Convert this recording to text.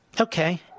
Okay